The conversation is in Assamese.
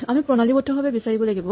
আমি প্ৰণালীবদ্ধভাৱে বিচাৰিব লাগিব